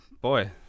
boy